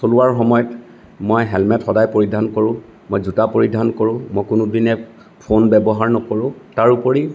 চলোৱাৰ সময়ত মই হেলমেট সদায় পৰিধান কৰোঁ মই জোতা পৰিধান কৰোঁ মই কোনোদিনে ফোন ব্যৱহাৰ নকৰোঁ তাৰোপৰি